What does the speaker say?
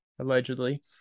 allegedly